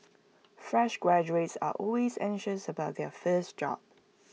fresh graduates are always anxious about their first job